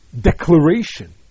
declaration